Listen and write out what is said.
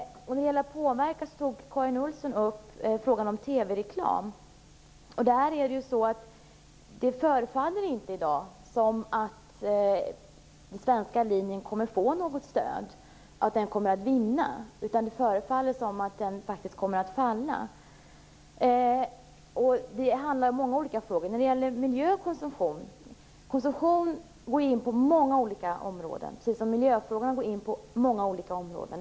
När det gäller att påverka tog Karin Olsson upp frågan om TV-reklam. Det förefaller inte i dag som om den svenska linjen kommer att vinna, utan den förefaller faktiskt att falla. Det handlar om många olika frågor när det gäller miljö och konsumtion. Konsumtion går in på många olika områden precis som miljöfrågan går in på många olika områden.